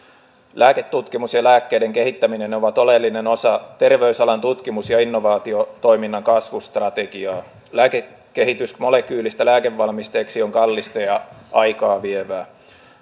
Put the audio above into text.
lääketutkimus ja lääkkeiden kehittäminen ovat oleellinen osa terveysalan tutkimus ja innovaatiotoiminnan kasvustrategiaa lääkekehitys molekyylistä lääkevalmisteeksi on kallista ja aikaa vievää